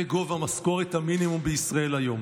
זה גובה משכורת המינימום בישראל היום,